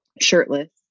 Shirtless